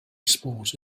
sport